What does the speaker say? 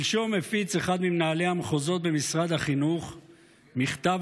שלשום הפיץ אחד ממנהלי המחוזות במשרד החינוך מכתב